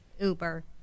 Uber